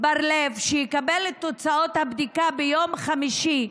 בר לב, שיקבל את תוצאות הבדיקה ביום חמישי,